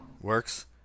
works